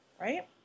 Right